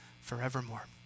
forevermore